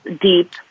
deep